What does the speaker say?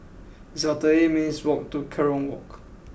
it's about thirty eight minutes' walk to Kerong Walk